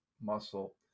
muscle